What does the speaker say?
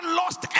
lost